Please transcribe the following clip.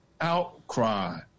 outcry